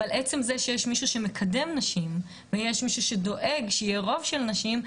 אבל עצם זה שיש מישהו שמקדם נשים ודואג שיהיה רוב של נשים,